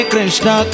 Krishna